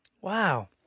Wow